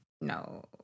No